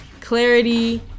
clarity